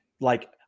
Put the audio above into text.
like-